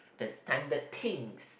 the standard thinks